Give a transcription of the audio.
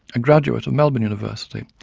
a graduate of melbourne university,